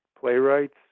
playwrights